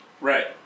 Right